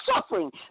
suffering